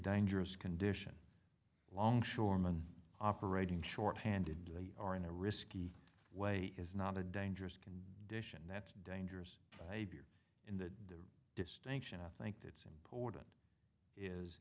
dangerous condition longshoreman operating shorthanded they are in a risky way is not a dangerous can dish and that's dangerous behavior in the distinction i think that's important is